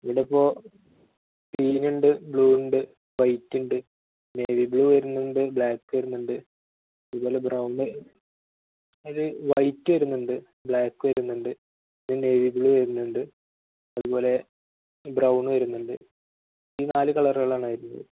ഇവിടെയിപ്പോള് ഗ്രീനുണ്ട് ബ്ലൂവുണ്ട് വൈറ്റുണ്ട് നേവി ബ്ലൂ വരുന്നുണ്ട് ബ്ലാക്ക് വരുന്നുണ്ട് അതുപോലെ ബ്രൗണ് അതില് വൈറ്റ് വരുന്നുണ്ട് ബ്ലാക്ക് വരുന്നുണ്ട് നേവി ബ്ലൂ വരുന്നുണ്ട് അതുപോലെ ബ്രൗണ് വരുന്നുണ്ട് ഈ നാല് കളറുകളാണ് അതിലുള്ളത്